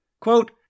Quote